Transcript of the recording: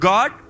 God